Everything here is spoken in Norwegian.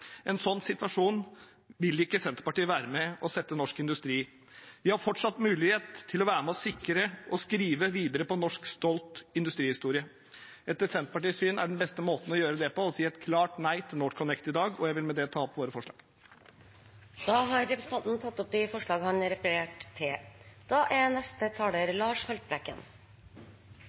En sånn situasjon vil ikke Senterpartiet være med på å sette norsk industri i. Vi har fortsatt mulighet til å være med og sikre og skrive videre på stolt norsk industrihistorie. Etter Senterpartiets syn er den beste måten å gjøre det på å si et klart nei til NorthConnect i dag. Med det tar jeg opp forslaget fra Senterpartiet og forslaget fra Senterpartiet og SV. Representanten Ole André Myhrvold har tatt opp de forslagene han refererte til.